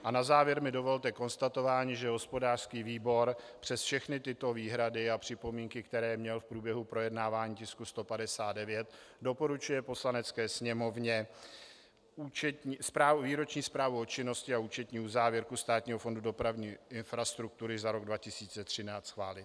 A na závěr mi dovolte konstatování, že hospodářský výbor přes všechny tyto výhrady a připomínky, které měl v průběhu projednávání tisku 159, doporučuje Poslanecké sněmovně Výroční zprávu o činnosti a účetní závěrku Státního fondu dopravní infrastruktury za rok 2013 schválit.